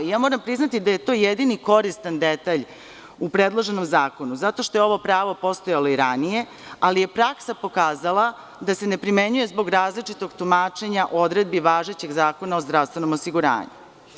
Ja moram priznati da je to jedan koristan detalj u predloženom zakonu, zato što je ovo pravo postojalo i ranije, ali je praksa pokazala da se ne primenjuje zbog različitog tumačenja odredbi važećeg Zakona o zdravstvenom osiguranju.